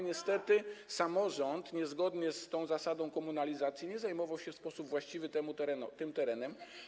Niestety samorząd niezgodnie z tą zasadą komunalizacji nie zajmował się w sposób właściwy tym terenem.